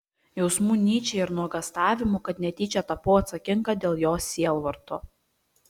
jausmų nyčei ir nuogąstavimų kad netyčia tapau atsakinga dėl jo sielvarto